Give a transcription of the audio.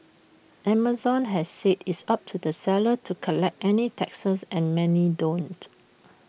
Amazon has said it's up to the sellers to collect any taxes and many don't